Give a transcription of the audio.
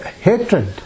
hatred